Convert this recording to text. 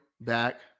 back